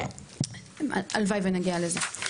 הלוואי ונגיע לזה.